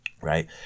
right